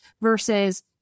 versus